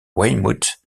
weymouth